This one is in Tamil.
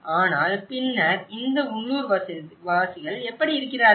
ஆனால் பின்னர் இந்த உள்ளூர்வாசிகள் எப்படி இருக்கிறார்கள்